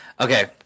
okay